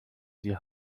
sie